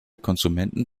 konsumenten